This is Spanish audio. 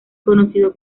conocido